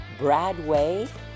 bradway